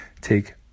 take